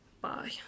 Bye